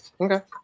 Okay